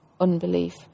unbelief